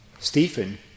Stephen